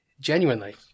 genuinely